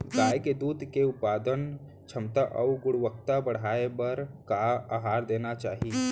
गाय के दूध के उत्पादन क्षमता अऊ गुणवत्ता बढ़ाये बर का आहार देना चाही?